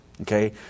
Okay